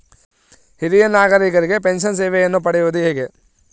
ಹಿರಿಯ ನಾಗರಿಕರಿಗೆ ಪೆನ್ಷನ್ ಸೇವೆಯನ್ನು ಪಡೆಯುವುದು ಹೇಗೆ?